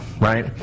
right